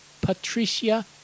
Patricia